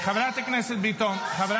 זה לא ישרת ------ חברת הכנסת ביטון,